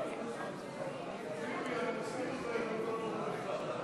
כהצעת הוועדה,